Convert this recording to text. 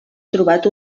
trobat